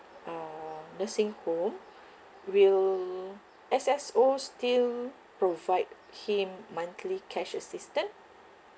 uh nursing home will S_S_O still provide him monthly cash assistance